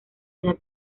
una